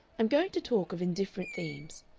i'm going to talk of indifferent themes,